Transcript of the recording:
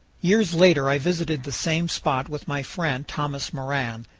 years later i visited the same spot with my friend thomas moran.